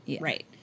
Right